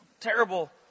terrible